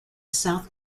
south